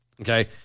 Okay